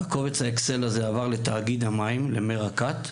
קובץ ה- Excel עבר לתאגיד המים, למי רקת,